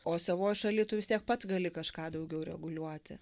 o savo šaly tu vis tiek pats gali kažką daugiau reguliuoti